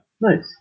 Nice